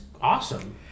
awesome